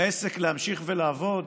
לעסק להמשיך ולעבוד